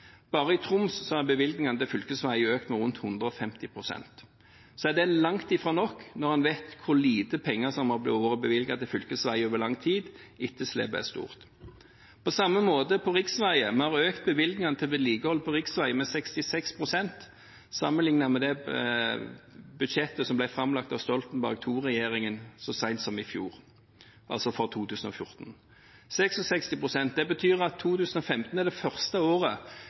Bare i Troms er bevilgningene til fylkesveier økt med rundt 150 pst. Så er det langt fra nok når en vet hvor lite penger som har vært bevilget til fylkesveier over lang tid. Etterslepet er stort. Det samme gjelder riksveier. Vi har økt bevilgningene til vedlikehold på riksveier med 66 pst. sammenlignet med det budsjettet som ble framlagt av Stoltenberg II-regjeringen så sent som for i fjor, altså for 2014. 66 pst – det betyr at 2015 er det første året